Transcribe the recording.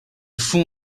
fond